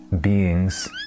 beings